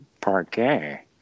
parquet